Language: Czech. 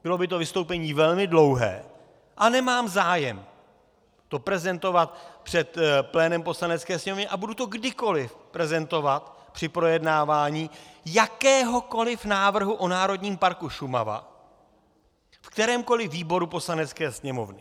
Bylo by to vystoupení velmi dlouhé a nemám zájem to prezentovat před plénem Poslanecké sněmovny a budu to kdykoliv prezentovat při projednávání jakéhokoliv návrhu o Národním parku Šumava v kterémkoliv výboru Poslanecké sněmovny.